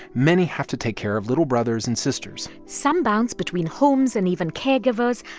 many have to take care of little brothers and sisters some bounce between homes and even caregivers.